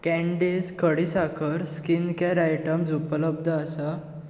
candies खडीसाकर skincare item उपलब्ध आसा